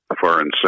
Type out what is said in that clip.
foreign